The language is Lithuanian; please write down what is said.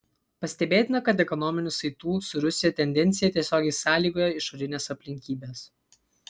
pastebėtina kad ekonominių saitų su rusija tendencija tiesiogiai sąlygoja išorinės aplinkybės